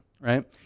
right